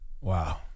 wow